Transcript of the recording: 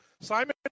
Simon